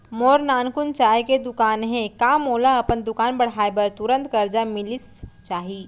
मोर नानकुन चाय के दुकान हे का मोला अपन दुकान बढ़ाये बर तुरंत करजा मिलिस जाही?